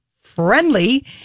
friendly